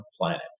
planet